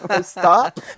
Stop